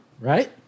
Right